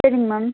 செரிங்க மேம்